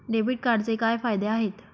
Debit कार्डचे काय फायदे आहेत?